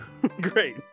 great